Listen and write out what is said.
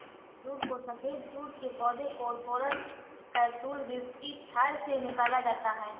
jute को सफेद jute के पौधे कोरकोरस कैप्सुलरिस की छाल से निकाला जाता है